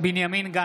בנימין גנץ,